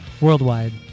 worldwide